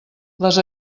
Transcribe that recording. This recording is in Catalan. les